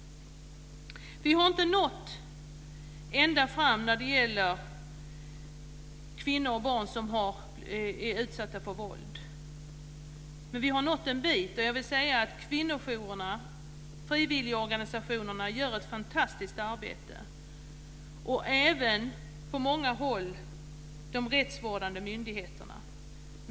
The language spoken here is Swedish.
Vi har inte nått ända fram när det gäller kvinnor och barn som har blivit utsatta för våld, men vi har nått en bit. Jag vill säga att kvinnojourerna, frivilligorganisationerna gör ett fantastiskt arbete och även på många håll de rättsvårdade myndigheterna.